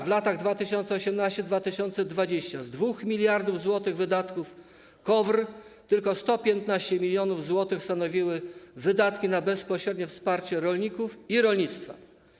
W latach 2018-2020 z 2 mld zł wydatków KOWR tylko 115 mln zł stanowiły wydatki na bezpośrednie wsparcie rolników i rolnictwa.